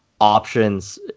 options